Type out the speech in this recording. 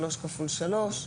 שלוש כפול שלוש.